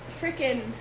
freaking